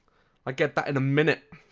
i get that in a minute